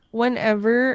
whenever